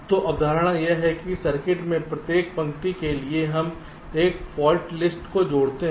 तो अवधारणा यह है कि सर्किट में प्रत्येक पंक्ति के लिए हम एक फॉल्ट लिस्ट को जोड़ते हैं